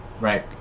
Right